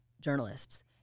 journalists